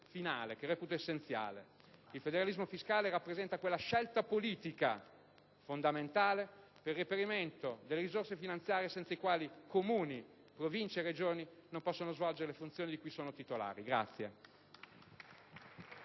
finale che reputo essenziale: il federalismo fiscale rappresenta quella scelta politica fondamentale per il reperimento delle risorse finanziarie senza le quali Comuni, Province e Regioni non possono svolgere le funzioni di cui sono titolari.